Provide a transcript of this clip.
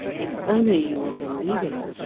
if only you will believe it,